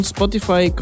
Spotify